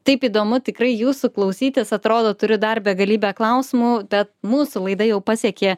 taip įdomu tikrai jūsų klausytis atrodo turiu dar begalybę klausimų bet mūsų laida jau pasiekė